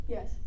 Yes